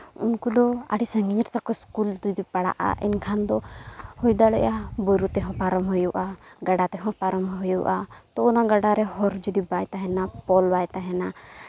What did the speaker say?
ᱩᱱᱠᱩ ᱫᱚ ᱟᱹᱰᱤ ᱥᱟᱺᱜᱤᱧ ᱨᱮᱛᱟ ᱠᱚ ᱥᱠᱩᱞ ᱡᱩᱫᱤ ᱯᱟᱲᱟᱜᱼᱟ ᱮᱱᱠᱷᱟᱱ ᱫᱚ ᱦᱩᱭ ᱫᱟᱲᱮᱭᱟᱜᱼᱟ ᱵᱩᱨᱩ ᱛᱮᱦᱚᱸ ᱯᱟᱨᱚᱢ ᱦᱩᱭᱩᱜᱼᱟ ᱜᱟᱰᱟ ᱛᱮᱦᱚᱸ ᱯᱟᱨᱚᱢᱚᱜ ᱦᱩᱭᱩᱜᱼᱟ ᱛᱳ ᱚᱱᱟ ᱜᱟᱰᱟᱨᱮ ᱦᱚᱨ ᱡᱩᱫᱤ ᱵᱟᱭ ᱛᱟᱦᱮᱱᱟ ᱯᱳᱞ ᱵᱟᱭ ᱛᱟᱦᱮᱱᱟ